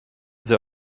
sie